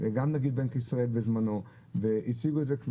גם בנק ישראל בזמנו הציגו את זה.